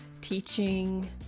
teaching